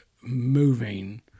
moving